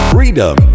Freedom